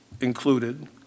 included